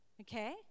okay